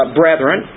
brethren